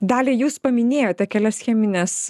dalia jūs paminėjote kelias chemines